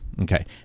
Okay